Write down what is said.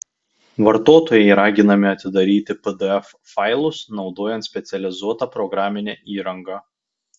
vartotojai raginami atidaryti pdf failus naudojant specializuotą programinę įrangą